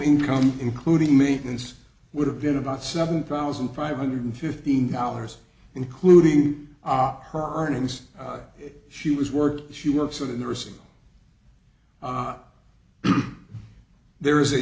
income including maintenance would have been about seven thousand five hundred fifteen dollars including our earnings she was work she works at a nursing job there is a